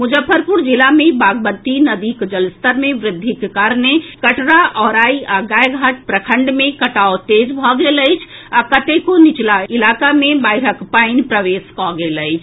मुजफ्फरपुर जिला मे बागमती नदीक जलस्तर मे वृद्धिक कारणे कटरा औराई आ गायघाट प्रखंड मे कटाव तेज भऽ गेल अछि आ कतेको निचला इलाका मे बाढ़िक पानि प्रवेश कऽ गेल अछि